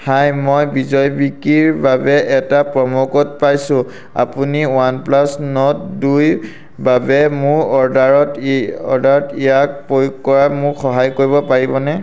হাই মই বিজয় বিক্ৰীৰ বাবে এটা প্ৰম' কোড পাইছোঁ আপুনি ৱানপ্লাছ নৰ্ড দুইৰ বাবে মোৰ অৰ্ডাৰত অৰ্ডাৰত ইয়াক প্ৰয়োগ কৰাত মোক সহায় কৰিব পাৰিবনে